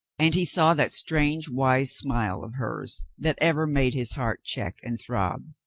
and he saw that strange, wise smile of hers that ever made his heart check and throb.